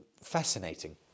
fascinating